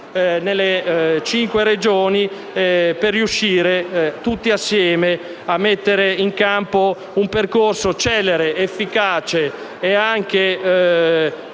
nelle cinque Regioni per riuscire a mettere in campo un percorso celere, efficace e anche